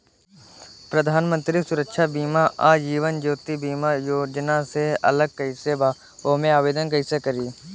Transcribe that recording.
प्रधानमंत्री सुरक्षा बीमा आ जीवन ज्योति बीमा योजना से अलग कईसे बा ओमे आवदेन कईसे करी?